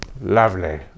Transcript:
lovely